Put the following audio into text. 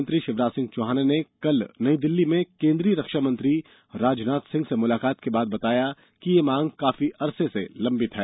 मुख्यमंत्री शिवराज सिंह चौहान ने कल नई दिल्ली मे केन्द्रीय रक्षामंत्री राजनाथ सिंह से मुलाकात के बाद बताया कि यह मांग काफी अरसे से लम्बित है